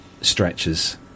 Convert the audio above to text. stretches